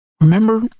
Remember